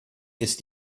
ist